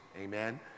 amen